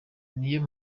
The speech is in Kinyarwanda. niyo